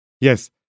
Yes